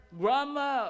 grandma